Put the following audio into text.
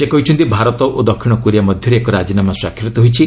ସେ କହିଛନ୍ତି ଭାରତ ଓ ଦକ୍ଷିଣ କୋରିଆ ମଧ୍ୟରେ ଏକ ରାଜିନାମା ସ୍ୱାକ୍ଷରିତ ହୋଇଛି